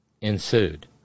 ensued